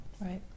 right